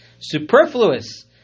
superfluous